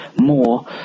more